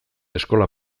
eskola